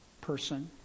person